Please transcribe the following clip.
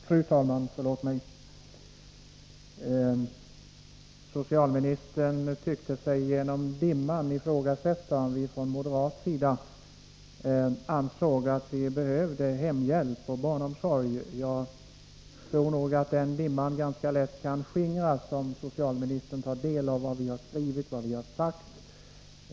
Fru talman! Socialministern tyckte inte att han genom dimman kunde se om vi från moderat sida ansåg att hemhjälp och barnomsorg behövs. Jag tror nog att dimman ganska lätt kan skingras om socialministern tar del av vad vi har skrivit och vad vi har sagt.